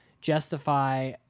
Justify